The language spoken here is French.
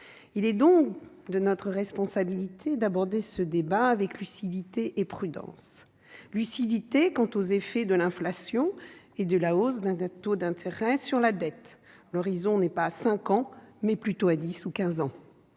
Il est donc de notre responsabilité d'aborder ce débat avec lucidité et prudence. Lucidité quant aux effets de l'inflation et de la hausse des taux d'intérêt sur la dette ; l'horizon est non pas à cinq ans, mais plutôt à dix ou quinze